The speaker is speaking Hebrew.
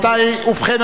ובכן,